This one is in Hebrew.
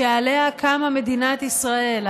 שעליה קמה מדינת ישראל.